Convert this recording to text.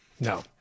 No